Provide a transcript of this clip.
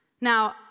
Now